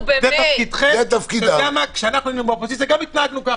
גם כשאנחנו היינו באופוזיציה, גם התנהגנו ככה.